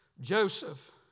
Joseph